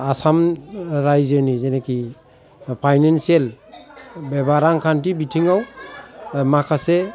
आसाम रायजोनि जेनाखि फायनेनचियेल एबा रांखान्थि बिथिङाव माखासे